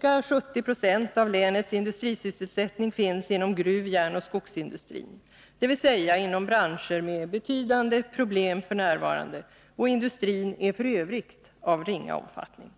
Ca 70 70 av länets industrisysselsättning finns inom gruv-, järnoch skogsindustrin, dvs. inom branscher med betydande problem f. n. Industrin är f. ö. av ringa omfattning.